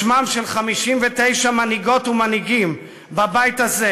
בשמם של 59 מנהיגות ומנהיגים בבית הזה,